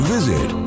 Visit